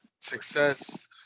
success